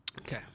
Okay